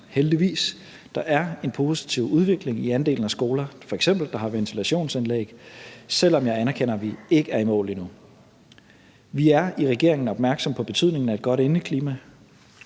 heldigvis. Der er en positiv udvikling i andelen af skoler, der f.eks. har ventilationsanlæg selv om jeg anerkender, at vi ikke er i mål endnu. Vi er i regeringen opmærksomme på betydningen af et godt indeklima,